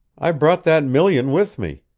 i brought that million with me.